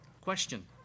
Question